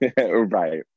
Right